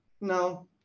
no